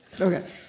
Okay